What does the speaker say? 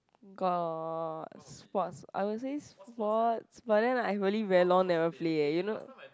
got sports I would say sports but then I really very long never play eh you know